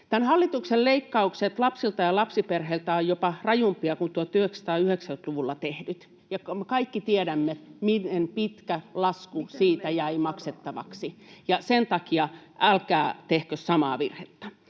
hallituksen leikkaukset lapsilta ja lapsiperheiltä ovat jopa rajumpia kuin 1990-luvulla tehdyt, ja kaikki tiedämme, miten pitkä lasku siitä jäi maksettavaksi. Ja sen takia älkää tehkö samaa virhettä.